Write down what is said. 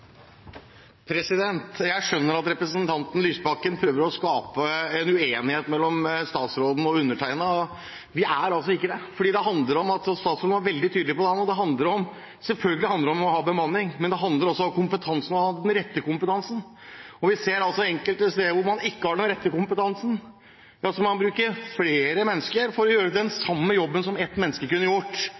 minutt. Jeg skjønner at representanten Lysbakken prøver å skape en uenighet mellom statsråden og undertegnede. Det er det ikke. Statsråden var veldig tydelig på at det selvfølgelig handler om å ha bemanning, men det handler også om å ha den rette kompetansen. Vi ser enkelte steder der man ikke har den rette kompetansen, at man bruker flere mennesker for å gjøre den samme jobben som én kunne gjort